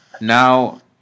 Now